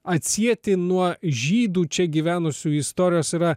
atsieti nuo žydų čia gyvenusių istorijos yra